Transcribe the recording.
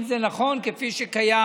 אם זה נכון, כפי שקיים